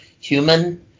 human